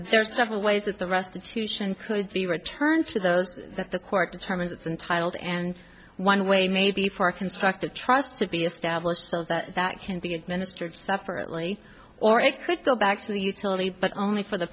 are several ways that the restitution could be returned to those that the court determines it's untitled and one way maybe for a constructive trust to be established so that that can be administered separately or it could go back to the utility but only for the